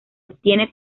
obtiene